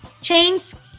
Chains